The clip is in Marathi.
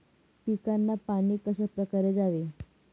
पिकांना पाणी कशाप्रकारे द्यावे?